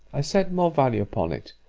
i set more value upon it,